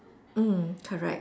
mm correct